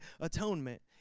atonement